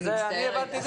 אני מצטערת.